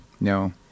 No